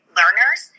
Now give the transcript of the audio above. learners